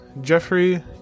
Jeffrey